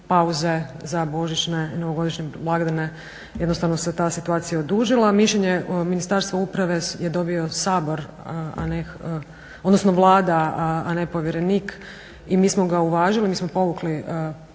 pauze za božićne i novogodišnje blagdane jednostavno se ta situacija odužila. Mišljenje Ministarstva uprave je dobila Vlada a ne povjerenik i mi smo ga uvažili, ja sam povukla poslovnik